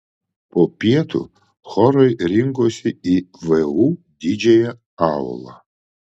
po pietų chorai rinkosi į vu didžiąją aulą